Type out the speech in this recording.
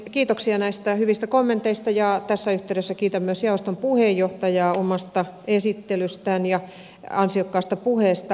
kiitoksia näistä hyvistä kommenteista ja tässä yhteydessä kiitän myös jaoston puheenjohtajaa omasta esittelystään ja ansiokkaasta puheesta